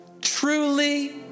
truly